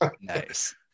Nice